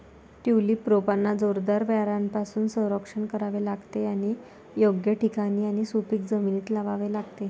tulip रोपांना जोरदार वाऱ्यापासून संरक्षण करावे लागते आणि योग्य ठिकाणी आणि सुपीक जमिनीत लावावे लागते